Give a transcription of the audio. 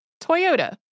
Toyota